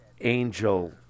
Angel